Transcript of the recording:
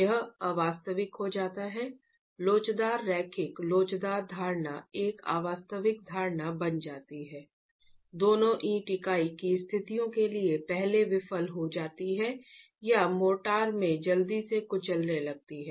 यह अवास्तविक हो जाता है लोचदार रैखिक लोचदार धारणा एक अवास्तविक धारणा बन जाती है दोनों ईंट इकाई की स्थितियों के लिए पहले विफल हो जाती है या मोर्टार में जल्दी से कुचलने लगती है